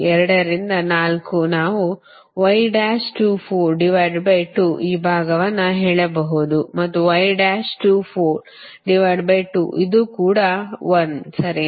2 ರಿಂದ 4 ನಾವು ಈ ಭಾಗವನ್ನು ಹೇಳಬಹುದು ಮತ್ತು ಇದು ಕೂಡ 1 ಸರಿನಾ